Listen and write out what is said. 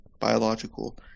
biological